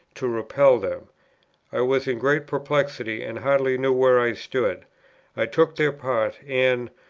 to repel them i was in great perplexity, and hardly knew where i stood i took their part and,